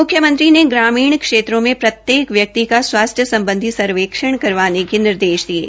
म्ख्यमंत्री ने ग्रामीण क्षेंत्रों में प्रत्येक व्यक्ति का स्वास्थ्य सम्बधी सर्वेक्षण करवाने के निर्देश दिये